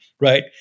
right